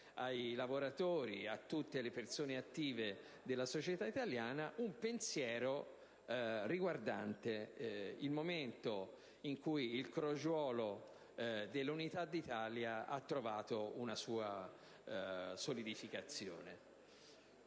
ai lavoratori e a tutte le persone attive della società italiana il ricordo del momento in cui il crogiuolo dell'Unità d'Italia ha trovato una sua solidificazione.